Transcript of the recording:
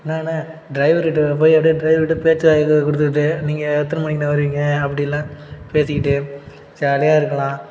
என்னாண்ண டிரைவருகிட்ட போய் அப்படியே டிரைவருகிட்ட பேச்சை இது கொடுத்துக்கிட்டே நீங்கள் எத்தனை மணிக்குண்ண வருவீங்க அப்டின்லாம் பேசிக்கிட்டு ஜாலியாக இருக்கலாம்